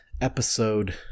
episode